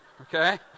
okay